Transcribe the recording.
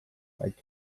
but